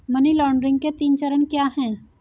Money laundering के तीन चरण क्या हैं?